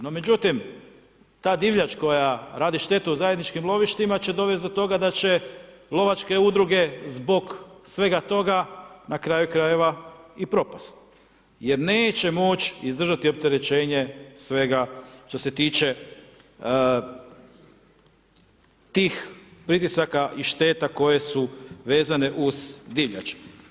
No međutim, ta divljač koja radi štetu u zajedničkim lovištima će dovesti do toga da će lovačke udruge zbog svega toga na kraju krajeva i propasti jer neće moći izdržati opterećenje svega što se tiče tih pritisaka i šteta koje su vezane uz divljač.